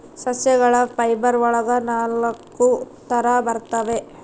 ಸಸ್ಯಗಳ ಫೈಬರ್ ಒಳಗ ನಾಲಕ್ಕು ತರ ಬರ್ತವೆ